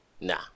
Nah